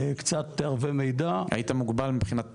קצת ערבי מידע --- היית מוגבל מבחינת תקציב,